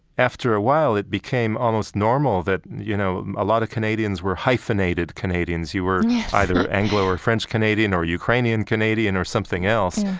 after a while it became almost normal that, you know, a lot of canadians were hyphenated canadians. you were either anglo or french-canadian or ukrainian-canadian or something else,